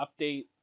update